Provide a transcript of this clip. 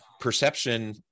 perception